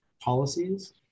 policies